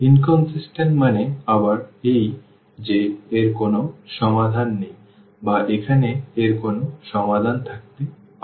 inconsistent মানে আবার যে এর কোন সমাধান নেই বা এখানে এর কোনো সমাধান থাকতে পারে না